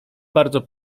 bardzo